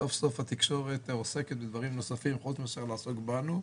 סוף סוף התקשורת עוסקת בדברים נוספים חוץ מאשר לעסוק בנו.